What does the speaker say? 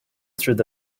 through